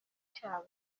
cyabo